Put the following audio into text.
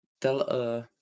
tell